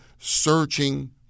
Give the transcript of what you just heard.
searching